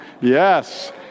Yes